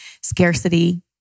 scarcity